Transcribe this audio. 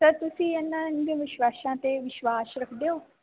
sir ਤੁਸੀਂ ਇਹਨਾਂ ਅੰਧ ਵਿਸ਼ਵਾਸ਼ਾਂ 'ਤੇ ਵਿਸ਼ਵਾਸ਼ ਰੱਖਦੇ ਹੋ